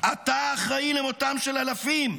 אתה האחראי למותם של אלפים.